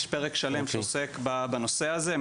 יש פרק שלם שעוסק בנושא הזה.